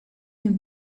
him